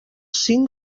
cinc